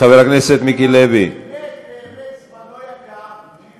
ראש הממשלה, שבאמת באמת זמנו יקר.